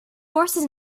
forces